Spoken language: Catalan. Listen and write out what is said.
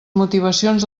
motivacions